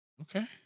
Okay